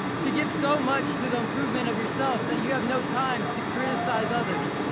to give so much to the improvement of yourself that you have no time to criticize others,